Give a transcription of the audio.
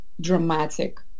dramatic